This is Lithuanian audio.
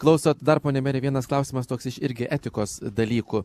klausot dar pone mere vienas klausimas toks iš irgi etikos dalykų